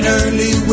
early